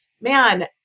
Man